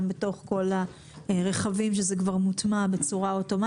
גם בתוך הרכבים זה כבר מוטמע אוטומטית.